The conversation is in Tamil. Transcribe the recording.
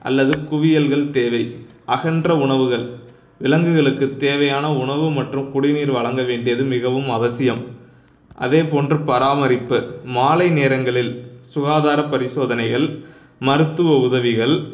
அல்லது குவியல்கள் தேவை அகன்ற உணவுகள் விலங்குகளுக்கு தேவையான உணவு மற்றும் குடிநீர் வழங்க வேண்டியது மிகவும் அவசியம் அதேபோன்று பராமரிப்பு மாலை நேரங்களில் சுகாதார பரிசோதனைகள் மருத்துவ உதவிகள்